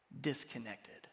disconnected